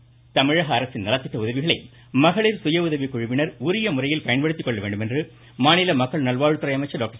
விஜயபாஸ்கர் தமிழக அரசின் நலத்திட்ட உதவிகளை மகளிர் சுய உதவிக்குழுவினர் உரிய முறையில் பயன்படுத்திக்கொள்ள வேண்டும் என மாநில மக்கள் நல்வாழ்வுத்துறை அமைச்சர் டாக்டர்